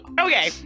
Okay